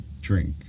drink